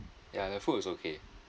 ya the food was okay